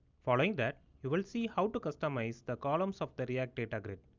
following that you will see how to customize the columns of the react data grid.